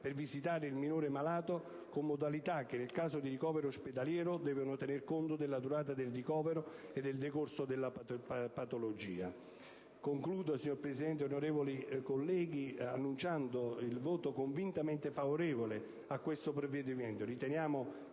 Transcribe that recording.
per visitare il minore malato, con modalità che, nel caso di ricovero ospedaliero, devono tener conto della durata del ricovero e del decorso della patologia. Concludo, signora Presidente, onorevoli colleghi, annunciando il voto convintamente favorevole a questo provvedimento,